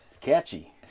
catchy